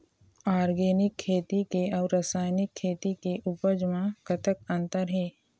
Organic खेती के अउ रासायनिक खेती के उपज म कतक अंतर हे?